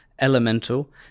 Elemental